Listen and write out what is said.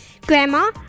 grandma